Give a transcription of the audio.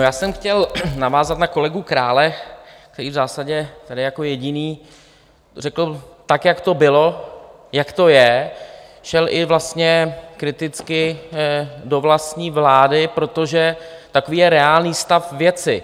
Já jsem chtěl navázat na kolegu Krále, který v zásadě tady jako jediný řekl, tak jak to bylo, jak to je, šel i vlastně kriticky do vlastní vlády, protože takový je reálný stav věci.